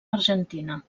argentina